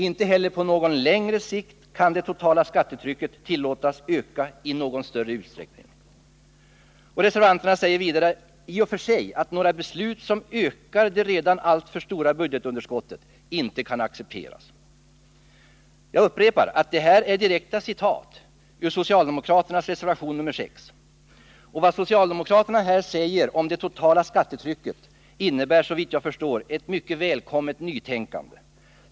Inte heller på något längre sikt kan det totala skattetrycket tillåtas öka i någon större utsträckning.” Reservanterna säger vidare: ”Utskottet anser i och för sig att några beslut som ökar det redan alltför stora budgetunderskottet inte kan accepteras.” Jag upprepar att detta är direkta citat ur socialdemokraternas reservation nr 6. Vad socialdemokraterna här säger om det totala skattetrycket innebär såvitt jag förstår ett mycket välkommet nytänkande.